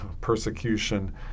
persecution